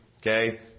okay